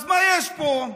אז מה יש פה?